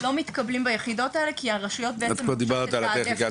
לא מתקבלים ביחידות האלה כי הרשויות בעצם --- כבר דיברת על הטכניקה.